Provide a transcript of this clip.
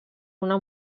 una